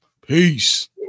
Peace